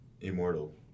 immortal